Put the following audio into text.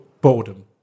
boredom